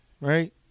right